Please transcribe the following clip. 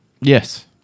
Yes